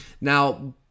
Now